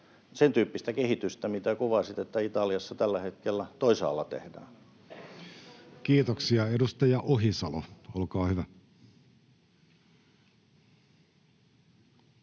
sentyyppistä kehitystä, mitä kuvasitte, mitä Italiassa tällä hetkellä toisaalla tehdään. Kiitoksia. — Edustaja Ohisalo, olkaa hyvä.